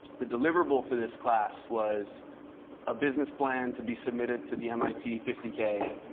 the deliverable for this class was a business plan to be submitted to the mit fifty k